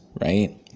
right